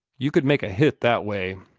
you could make a hit that way.